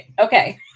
Okay